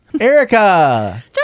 Erica